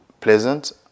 pleasant